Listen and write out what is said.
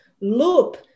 loop